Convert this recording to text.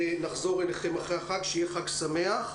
נחזור אליכם אחרי החג ושיהיה חג שמח.